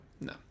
No